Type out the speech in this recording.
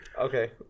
Okay